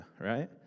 right